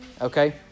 Okay